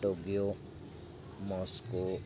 Tokyo Moscow